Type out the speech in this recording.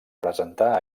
presentar